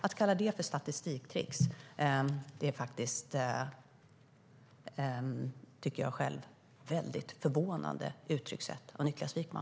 Att kalla det för statistiktrix tycker jag är ett förvånande uttryckssätt av Niklas Wykman.